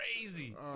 crazy